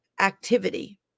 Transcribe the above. activity